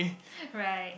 right